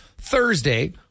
Thursday